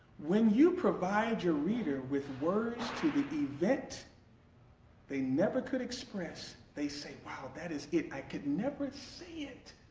when you provide your reader with words to the event they never could express they say wow, that is it! i could never see it!